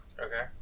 Okay